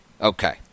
Okay